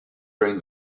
during